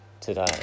today